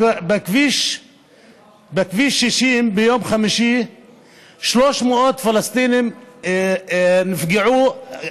בכביש 60 ביום חמישי 300 פלסטינים נפגעו,